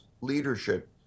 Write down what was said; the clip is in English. leadership